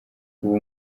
ubu